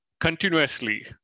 continuously